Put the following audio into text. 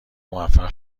موفق